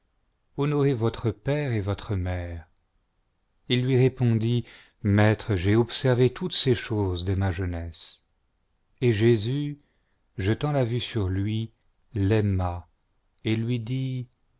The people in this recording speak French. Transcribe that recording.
honorez votre père et votre mère il lui répondit maître j'ai observé toutes ces choses dès ma jeunesse et jésus jetant la vue sur lui l'aima et lui dit